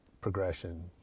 progression